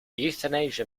euthanasia